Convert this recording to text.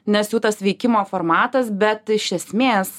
nes jų tas veikimo formatas bet iš esmės